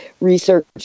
research